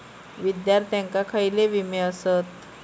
विद्यार्थ्यांका खयले विमे आसत?